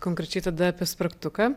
konkrečiai tada apie spragtuką